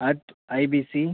at IBC